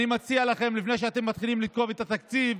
אני מציע לכם, לפני שאתם מתחילים לתקוף את התקציב,